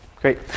Great